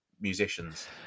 musicians